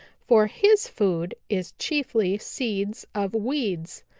for his food is chiefly seeds of weeds,